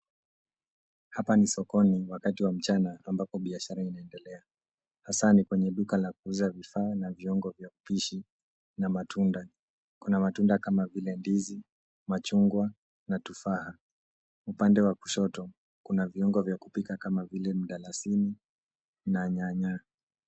Hapa ni sokoni wakati wa mchana ambapo biashara inaendele hasa ni kwenye duka la kuuza vifaa na viungo vya upishi na matunda. Kuna matunda kama vile ndizi, machunga na tufaha. Upande wa kushoto, kuna viungo vya kupika kama vile mdalasini na nyanya.